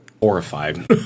horrified